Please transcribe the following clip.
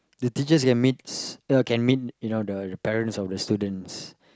the teacher can meets uh can meet you know the parent of the students